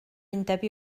undeb